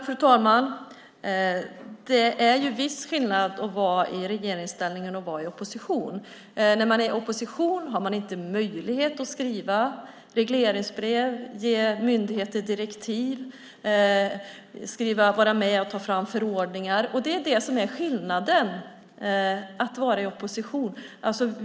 Fru talman! Det är viss skillnad mellan att vara i regeringsställning och i opposition. När man är i opposition har man inte möjlighet att skriva regleringsbrev, ge myndigheter direktiv och vara med och ta fram förordningar. Det är det som är skillnaden med att vara i opposition.